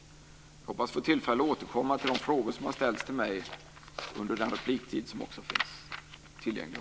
Jag hoppas att få tillfälle att återkomma till de frågor som har ställts till mig under den repliktid som finns tillgänglig.